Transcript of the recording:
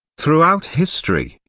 throughout history,